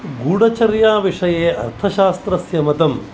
गूडचर्याविषये अर्थशास्त्रस्य मतं